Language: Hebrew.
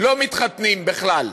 לא מתחתנים בכלל,